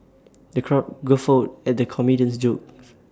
the crowd guffawed at the comedian's jokes